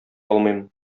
алмыйм